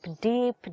deep